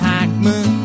Hackman